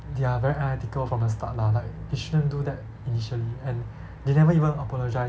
they are very unethical from the start lah like they shouldn't do that initially and they never even apologise